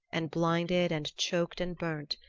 and blinded and choked and burnt,